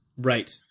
Right